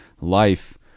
life